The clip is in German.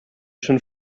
schon